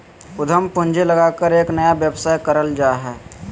उद्यम पूंजी लगाकर एक नया व्यवसाय करल जा हइ